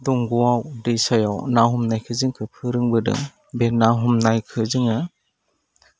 दंग'वाव दैसायाव ना हमनायखौ जोंखौ फोरोंबोदों बे ना हमनायखै जोङो